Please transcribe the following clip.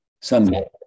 sunday